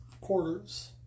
quarters